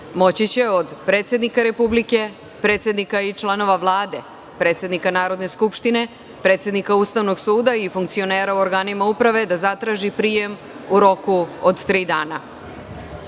moći će od predsednika Republike, predsednika i članova Vlade, predsednika Narodne skupštine, predsednika Ustavnog suda i funkcionera u organima uprave da zatraži prijem u roku od tri dana.I